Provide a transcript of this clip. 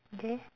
okay